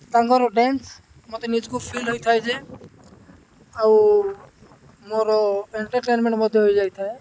ତାଙ୍କର ଡ୍ୟାନ୍ସ ମୋତେ ନିଜକୁ ଫିଲ୍ ହୋଇଥାଏ ଯେ ଆଉ ମୋର ଏଣ୍ଟର୍ଟେନ୍ମେଣ୍ଟ୍ ମଧ୍ୟ ହୋଇଯାଇଥାଏ